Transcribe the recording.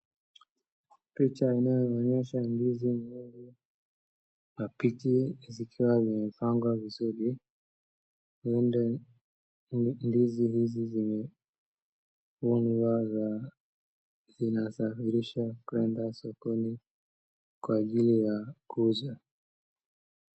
Picha inayoonyesha ndizi nyingi zikiwa zimepangwa vizuri. Huenda ndizi hizi zimevunwa na zinasafirishwa kwenda sokoni kwa ajili ya kuuzwa.